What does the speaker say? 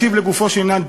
אם להשיב לגופו של עניין,